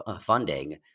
funding